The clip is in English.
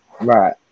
Right